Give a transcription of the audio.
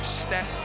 step